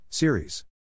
Series